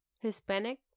Hispanic